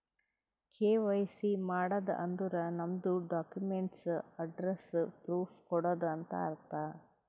KYC ಮಾಡದ್ ಅಂದುರ್ ನಮ್ದು ಡಾಕ್ಯುಮೆಂಟ್ಸ್ ಅಡ್ರೆಸ್ಸ್ ಪ್ರೂಫ್ ಕೊಡದು ಅಂತ್ ಅರ್ಥ